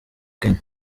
kenya